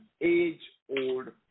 age-old